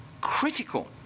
Critical